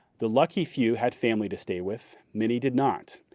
the lucky few had family to stay with. many did not.